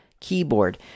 Keyboard